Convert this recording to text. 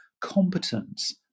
competence